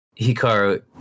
Hikaru